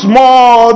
more